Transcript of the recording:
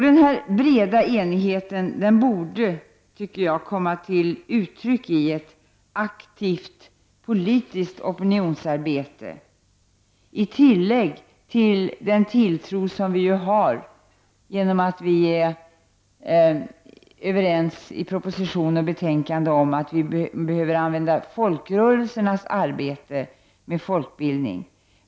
Den här breda enigheten borde, tycker jag, komma till uttryck i ett aktivt politiskt opinionsarbete i tillägg till den tilltro som vi ju har — det är vi överens om i proposition och betänkande — till folkrörelsernas arbete med folkbildning.